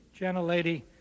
gentlelady